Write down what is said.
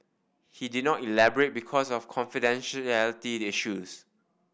he did not elaborate because of confidentiality issues